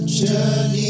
journey